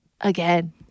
again